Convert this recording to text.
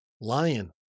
Lion